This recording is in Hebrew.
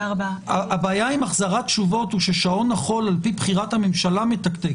הבעיה עם החזרת תשובות היא ששעון החול על פי בחירת הממשלה מתקתק.